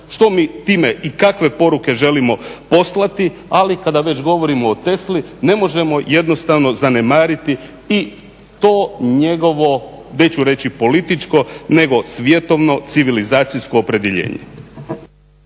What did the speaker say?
Što mi time i kakve poruke želimo poslati, ali kada već govorimo o Tesli ne možemo jednostavno zanemariti i to njegovo neću reći političko nego svjetovno civilizacijsko opredjeljenje.